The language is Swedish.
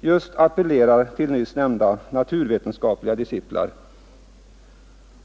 just appellerar till nyss nämnda naturvetenskapliga descipliner.